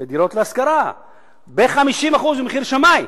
לדירות להשכרה ב-50% ממחיר שמאי.